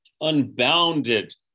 unbounded